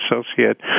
associate